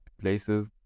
places